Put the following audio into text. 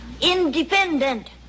Independent